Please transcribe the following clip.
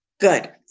Good